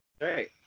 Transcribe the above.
Great